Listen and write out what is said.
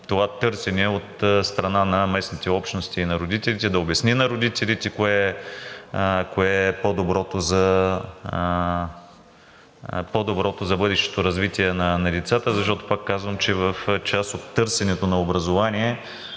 това търсене от страна на местните общности и на родителите, да обясни на родителите кое е по-доброто за бъдещото развитие на децата. Защото, пак казвам, че в част от търсенето на образование